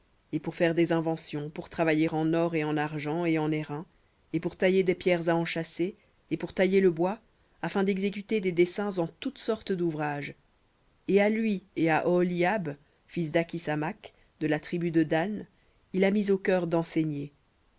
et pour faire des inventions pour travailler en or et en argent et en airain et pour tailler des pierres à enchâsser et pour tailler le bois afin d'exécuter toutes sortes douvrages et voici j'ai donné avec lui oholiab fils d'akhisamac de la tribu de dan et j'ai mis de